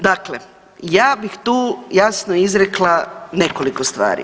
Dakle, ja bih tu jasno izrekla nekoliko stvari.